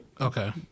Okay